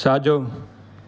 साॼो